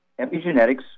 Epigenetics